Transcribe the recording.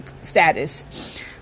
status